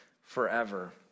forever